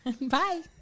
Bye